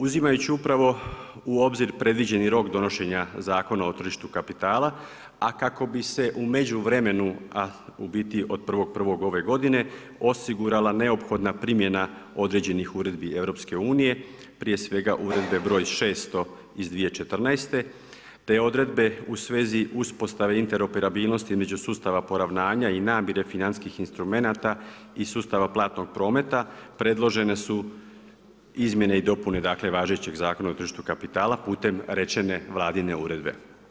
Uzimajući upravo u obzir predviđeni rok donošenja Zakona o tržištu kapitala, a kako bi se u međuvremenu u biti od 1.1. ove godine osigurala neophodna primjena određenih uredbi EU, prije svega Uredbe br. 600/2014 te odredbe u svezi uspostave interoperabilnosti između sustava poravnanja i namjere financijskih instrumenta i sustava platnog prometa predložene su izmjene i dopune važećeg Zakona o tržištu kapitala putem rečene vladine uredbe.